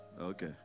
Okay